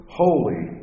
holy